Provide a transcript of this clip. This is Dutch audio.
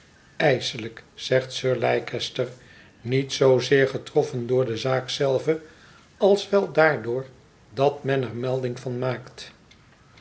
ijselijk zegt sir leicester niet zoozeer getroffen door de zaak zelve als wel daardoor dat men er melding van maakt